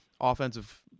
offensive